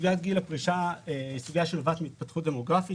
סוגיית גיל הפרישה היא סוגיה שנובעת מהתפתחות דמוגרפית